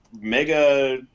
mega